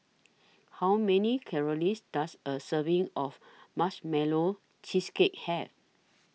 How Many Does A Serving of Marshmallow Cheesecake Have